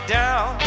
down